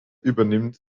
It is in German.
übernimmt